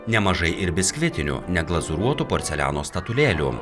nemažai ir biskvitinių neglazūruoto porceliano statulėlių